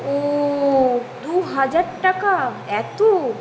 ও দু হাজার টাকা এত